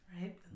Right